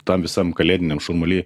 tam visam kalėdiniam šurmuly